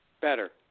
Better